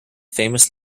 famous